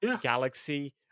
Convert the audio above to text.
Galaxy